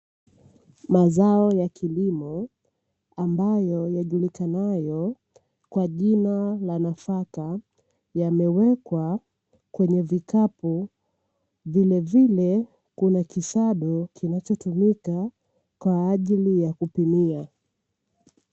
Mazao ya kilimo ambayo yajulikanayo kwa jina la nafaka, yamewekwa kwenye vikapu, vilevile kuna kisado kinachotumika kwa ajili ya kupimia.